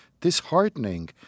disheartening